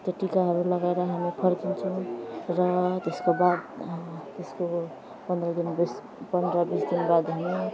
त्यो टिकाहरू लगाएर हामी फर्किन्छौँ र त्यसको बाद त्यसको पन्ध्र दिन बिस पन्ध्र बिस दिन बाद हामी